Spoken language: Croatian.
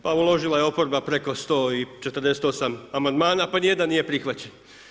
Pa uložila je oporba preko 148 amandmana pa nijedan nije prihvaćen.